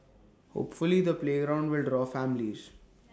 hopefully the playground will draw families